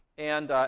and